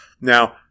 Now